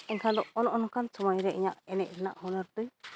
ᱮᱱᱠᱷᱟᱱ ᱫᱚ ᱚᱱᱼᱚᱱᱠᱟᱱ ᱥᱚᱢᱚᱭ ᱨᱮ ᱤᱟᱧᱟᱹᱜ ᱮᱱᱮᱡᱽ ᱨᱮᱱᱟᱜ ᱦᱩᱱᱟᱹᱨ ᱛᱤᱧ